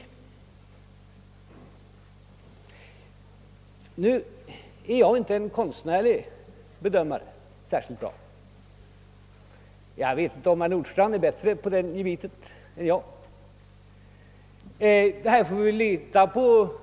Jag är nu inte någon särskilt god konstnärlig bedömare, och jag vet inte om herr Nordstrandh är bättre skickad i detta avsende än jag.